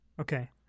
Okay